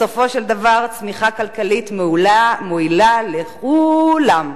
בסופו של דבר צמיחה כלכלית מועילה לכולם,